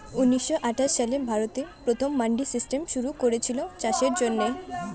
ঊনিশ শ আঠাশ সালে ভারতে প্রথম মান্ডি সিস্টেম শুরু কোরেছিল চাষের জন্যে